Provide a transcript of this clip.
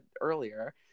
earlier